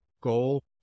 goal